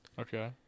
Okay